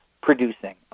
producing